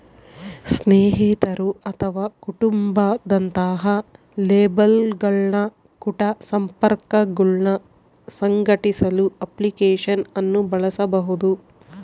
ಸ್ನೇಹಿತರು ಅಥವಾ ಕುಟುಂಬ ದಂತಹ ಲೇಬಲ್ಗಳ ಕುಟ ಸಂಪರ್ಕಗುಳ್ನ ಸಂಘಟಿಸಲು ಅಪ್ಲಿಕೇಶನ್ ಅನ್ನು ಬಳಸಬಹುದು